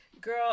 Girl